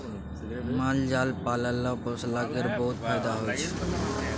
माल जाल पालला पोसला केर बहुत फाएदा होइ छै